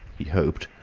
he hoped,